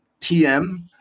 TM